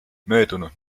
möödunud